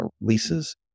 leases